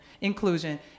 inclusion